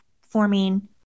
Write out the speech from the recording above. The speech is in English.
forming